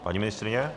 Paní ministryně?